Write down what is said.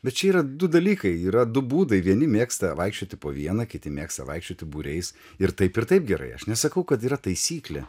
bet čia yra du dalykai yra du būdai vieni mėgsta vaikščioti po vieną kiti mėgsta vaikščioti būriais ir taip ir taip gerai aš nesakau kad yra taisyklė